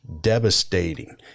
devastating